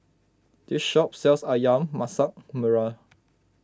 this shop sells Ayam Masak Merah